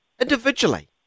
individually